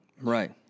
Right